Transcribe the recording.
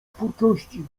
twórczości